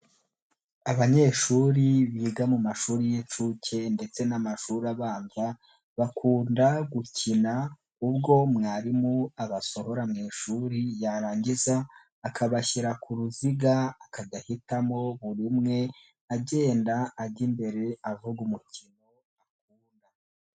Abanyeshuri biga mu mashuri y'inshuke ndetse n'amashuri abanza bakunda gukina ubwo mwarimu abasohora mu ishuri yarangiza akabashyira ku ruziga akajya ahitamo buri umwe agenda ajya imbere avuga umukino akunda.